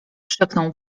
krzyknął